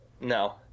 No